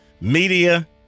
media